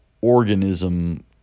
organism